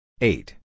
Eight